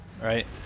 right